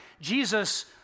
Jesus